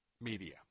media